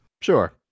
sure